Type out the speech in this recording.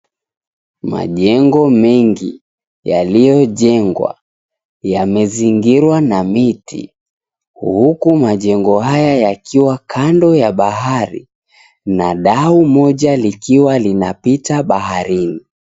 Majengo mengi yaliyojengwa, yamezingirwa na miti huku majengo haya yakiwa kando ya bahari na dau moja likiwa linapita baharini.